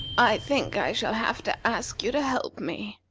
i think i shall have to ask you to help me.